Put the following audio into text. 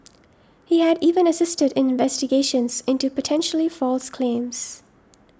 he had even assisted in investigations into potentially false claims